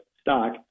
stock